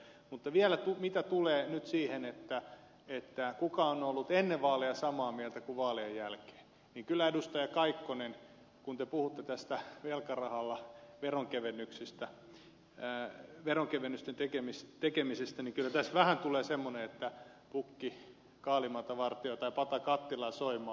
mutta mitä vielä tulee nyt siihen kuka on ollut ennen vaaleja samaa mieltä kuin vaalien jälkeen niin kyllä edustaja kaikkonen kun te puhutte tästä velkarahalla veronkevennysten tekemisestä tässä tulee vähän semmoinen olo että pukki kaalimaata vartioi tai pata kattilaa soimaa